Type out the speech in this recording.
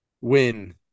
win